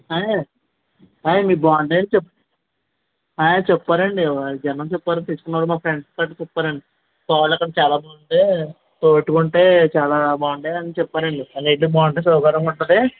అదే మీరు బాగుంటేనే చెప్పు చెప్పారండి జనం చెప్పారు తీసుకున్నారు మా ఫ్రెండ్స్ అది చెప్పారండి పాలు అక్కడ చాలా బాగుంటాయి తోడేట్టుకుంటే చాలా బాగుంటాయి అని చెప్పారండి అదైతే బాగుంటుంది ఉంటుంది